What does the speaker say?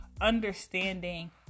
understanding